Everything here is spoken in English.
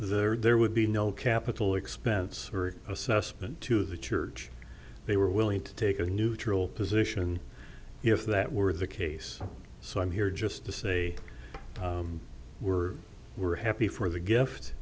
that there would be no capital expense or assessment to the church they were willing to take a neutral position if that were the case so i'm here just to say we're we're happy for the gift